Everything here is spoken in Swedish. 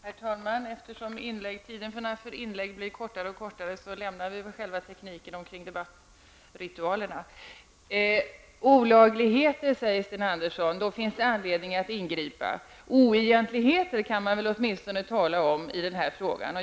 Herr talman! Eftersom tiderna för inlägg blir kortare och kortare så lämnar vi själva tekniken om debattritualerna. Sten Andersson säger att om det föreligger olagligheter så finns det anledning att ingripa. Man kan väl åtminstone tala om oegentligheter i den här frågan.